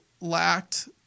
lacked